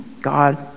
God